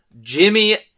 Jimmy